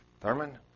Thurman